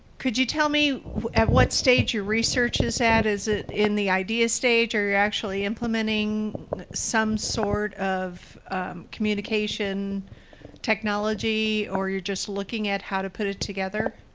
could you tell me at what stage your research is at? is it in the idea stage or are you actually implementing some sort of communication technology or you're just looking at how to put it together?